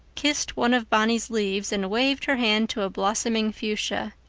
kissed one of bonny's leaves, and waved her hand to a blossoming fuchsia.